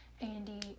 Andy